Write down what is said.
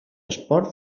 esport